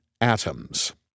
atoms